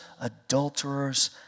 adulterers